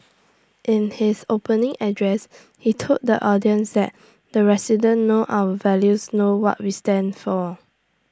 in his opening address he told the audience that the residents know our values know what we stand for